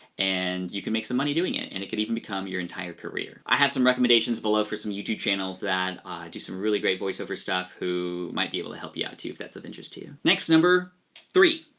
and you can make some money doing it, and it can even become your entire career. i have some recommendations below for some youtube channels that do some really great voiceover stuff who might be able to help you out too, if that's of interest to you. next, number three,